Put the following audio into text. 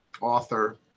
author